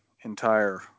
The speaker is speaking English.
entire